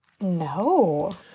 No